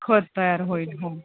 खत तयार होईल हो